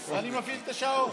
ואז אני מפעיל את השעון.